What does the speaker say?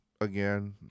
again